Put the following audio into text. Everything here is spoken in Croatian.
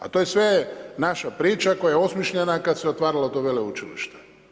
A to je sve naša priča koja je osmišljena kad se otvaralo to veleučilište.